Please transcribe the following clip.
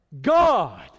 god